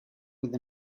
with